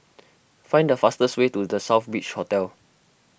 find the fastest way to the Southbridge Hotel